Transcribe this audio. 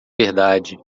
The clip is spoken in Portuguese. verdade